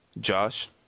Josh